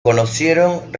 conocieron